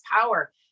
power